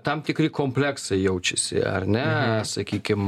tam tikri kompleksai jaučiasi ar ne sakykim